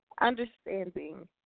Understanding